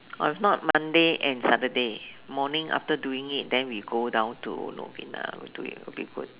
or if not Monday and Saturday morning after doing it then we go down to Novena will do it will be good